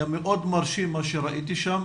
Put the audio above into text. היה מאוד מרשים מה שראיתי שם,